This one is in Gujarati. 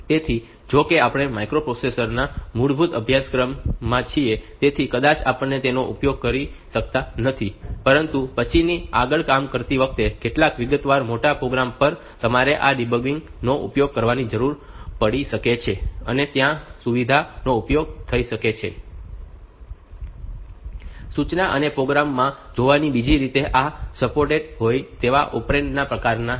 તેથી જો કે આપણે માઇક્રોપ્રોસેસર ના મૂળભૂત અભ્યાસક્રમમાં છીએ તેથી કદાચ આપણે તેનો વધુ ઉપયોગ કરી શકતા નથી પરંતુ પછીથી આગળ કામ કરતી વખતે કેટલાક વિગતવાર મોટા પ્રોગ્રામ્સ પર તમારે આ ડીબગર્સ નો ઉપયોગ કરવાની જરૂર પડી શકે છે અને ત્યાં આ સુવિધા ઉપયોગી થઈ શકે છે સૂચના અને પ્રોગ્રામ માં જોવાની બીજી રીત એ સપોર્ટેડ હોય તેવા ઓપરેન્ડ ના પ્રકારની છે